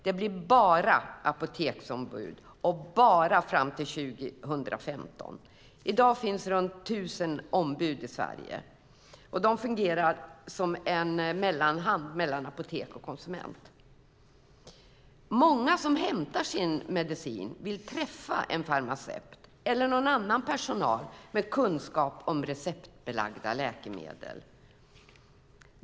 Det blir bara apoteksombud och bara fram till 2015. I dag finns runt tusen ombud i Sverige, och de fungerar som en mellanhand mellan apotek och konsument. Många som hämtar ut sin medicin vill träffa en farmaceut eller annan personal med kunskap om receptbelagda läkemedel.